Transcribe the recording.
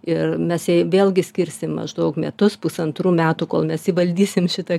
ir mes jai vėlgi skirsim maždaug metus pusantrų metų kol mes įvaldysim šitą